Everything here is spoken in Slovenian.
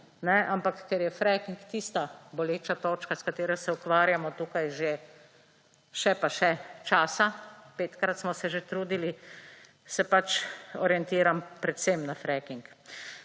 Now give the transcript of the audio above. ampak ker je fracking tista boleča točka, s katero se ukvarjamo že veliko časa, petkrat smo se že trudili, se pač orientiram predvsem na fracking.